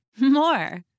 more